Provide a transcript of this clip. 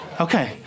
Okay